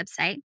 website